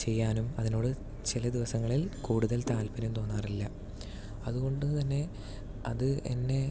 ചെയ്യാനും അതിനോട് ചില ദിവസങ്ങളിൽ കൂടുതൽ താല്പര്യം തോന്നാറില്ല അതുകൊണ്ടുതന്നെ അത് എന്നെ